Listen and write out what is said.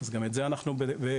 אז גם בזה אנחנו בתהליכים.